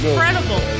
Incredible